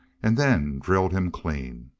and then drilled him clean!